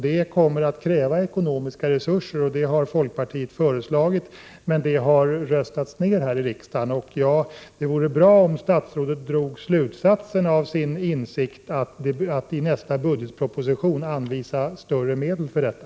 Det kommer att kräva ekonomiska resurser, och sådana har folkpartiet föreslagit. Men det har röstats ner här i riksdagen. Det vore bra om statsrådet drog slutsatsen av sin insikt att i nästa budgetproposition anvisa större medel för detta.